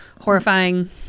horrifying